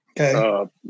Okay